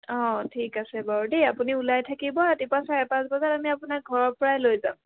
অঁ ঠিক আছে বাৰু দেই আপুনি ওলাই থাকিব ৰাতিপুৱা চাৰে পাঁচ বজাত আমি আপোনাক ঘৰৰ পৰাই লৈ যাম